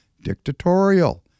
dictatorial